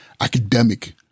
academic